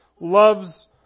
Love's